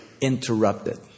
interrupted